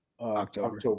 October